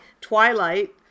Twilight